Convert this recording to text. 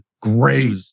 Great